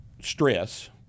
stress